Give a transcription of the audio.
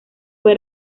fue